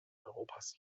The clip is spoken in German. europas